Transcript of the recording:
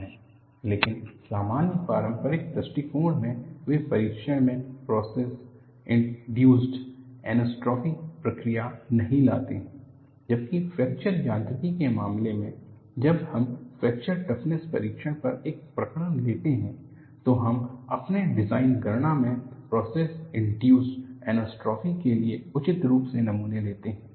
summary of fracture parameters लेकिन सामान्य पारंपरिक दृष्टिकोण में वे परीक्षण में प्रोसेस इंडयूस्ड अनिसोट्रॉपी प्रक्रिया नहीं लाते हैं जबकि फ्रैक्चर यांत्रिकी के मामले में जब हम फ्रैक्चर टफनेस परीक्षण पर एक प्रकरण लेते हैं तो हम अपने डिजाइन गणना में प्रोसेस इंडयूस्ड अनिसोट्रॉपी के लिए उचित रूप से नमूना लेते है